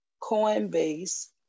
Coinbase